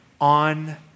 on